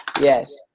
Yes